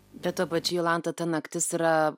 bet tuo pačiu jolanta ta naktis yra